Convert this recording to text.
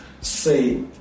say